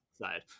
side